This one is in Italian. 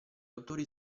autori